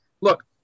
Look